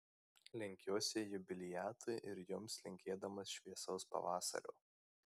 lenkiuosi jubiliatui ir jums linkėdamas šviesaus pavasario